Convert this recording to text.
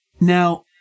Now